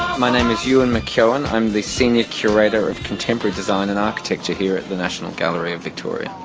my name is ewan mcewan, i am the senior curator of contemporary design and architecture here at the national gallery of victoria.